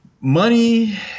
Money